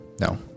No